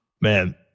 man